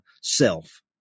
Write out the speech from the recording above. self